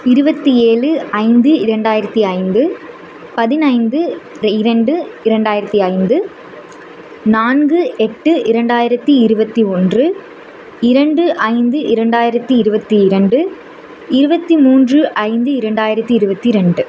இருபத்தி ஏழு ஐந்து இரண்டாயிரத்தி ஐந்து பதினைந்து இரண்டு இரண்டாயிரத்தி ஐந்து நான்கு எட்டு இரண்டாயிரத்தி இருபத்தி ஒன்று இரண்டு ஐந்து இரண்டாயிரத்தி இருபத்தி இரண்டு இருபத்தி மூன்று ஐந்து இரண்டாயிரத்தி இருபத்தி ரெண்டு